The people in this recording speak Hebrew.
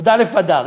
י"א אדר.